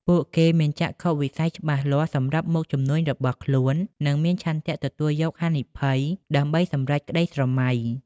ពួកគេមានចក្ខុវិស័យច្បាស់លាស់សម្រាប់មុខជំនួញរបស់ខ្លួន និងមានឆន្ទៈទទួលយកហានិភ័យដើម្បីសម្រេចក្តីស្រមៃ។